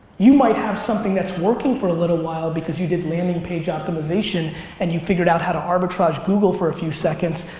you might have something that's working for a little while because you did landing page optimization and you figured out how to arbitrage google for a few seconds,